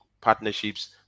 partnerships